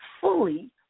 fully